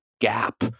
gap